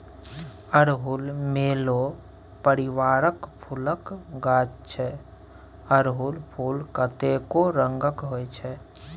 अड़हुल मेलो परिबारक फुलक गाछ छै अरहुल फुल कतेको रंगक होइ छै